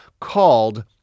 called